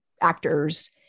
actors